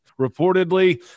reportedly